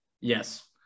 Yes